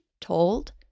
told